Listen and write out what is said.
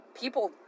people